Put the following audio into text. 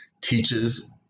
teaches